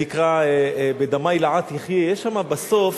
שנקרא "בדמי לעד תחיי" יש שם בסוף